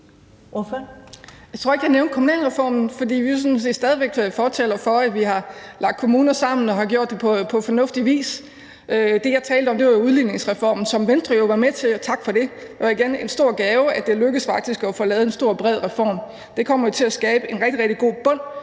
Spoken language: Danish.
Jeg tror ikke, jeg nævnte kommunalreformen, for vi er jo sådan set stadig væk fortalere for, at vi har lagt kommuner sammen, og vi har gjort det på fornuftig vis. Det, jeg talte om, var udligningsreformen, som Venstre jo var med til, og tak for det. Det var en stor gave, at det faktisk lykkedes at få lavet en stor og bred reform. Det kommer til at skabe en rigtig, rigtig god bund